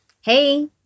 Hey